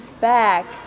back